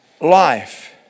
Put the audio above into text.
life